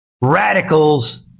radicals